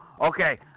Okay